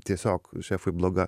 tiesiog šefui bloga